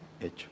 hecho